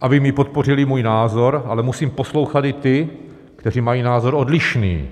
aby podpořili můj názor, ale musím poslouchat i ty, kteří mají názor odlišný.